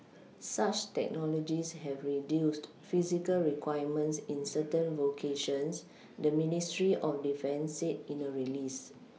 such technologies have reduced physical requirements in certain vocations the ministry of defence said in a release